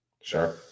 Sure